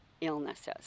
illnesses